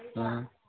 ꯑꯥ